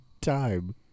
time